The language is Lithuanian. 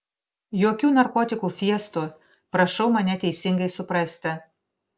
jokių narkotikų fiestų prašau mane teisingai suprasti